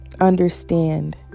understand